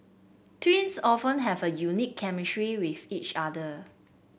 twins often have a unique chemistry with each other